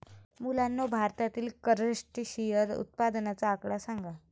मुलांनो, भारतातील क्रस्टेशियन उत्पादनाचा आकडा सांगा?